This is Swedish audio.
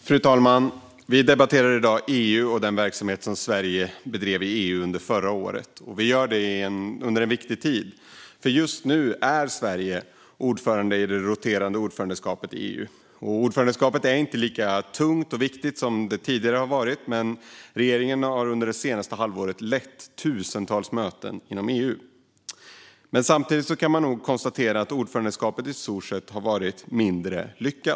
Fru talman! Vi debatterar i dag EU och den verksamhet som Sverige bedrev i EU under förra året. Det gör vi under en viktig tid. Just nu har Sverige det roterande ordförandeskapet i EU. Ordförandeskapet är inte lika tungt och viktigt som det tidigare har varit, men regeringen har under det senaste halvåret lett tusentals möten inom EU. Men samtidigt kan man konstatera att ordförandeskapet i stort har varit mindre lyckat.